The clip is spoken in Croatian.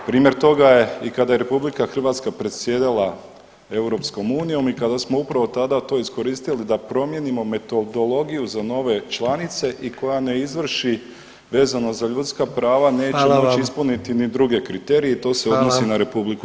Primjer toga je i kada je RH predsjedala EU-om i kada smo upravo tada to iskoristili da promijenimo metodologiju za nove članice i koja ne izvrši vezano za ljudska prava, neće [[Upadica: Hvala vam.]] moći ispuniti ni druge kriterije [[Upadica: Hvala.]] i to se misli na R. Srbiju.